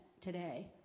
today